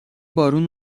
بارون